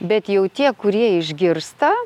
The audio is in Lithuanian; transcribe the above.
bet jau tie kurie išgirsta